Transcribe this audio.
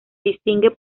distingue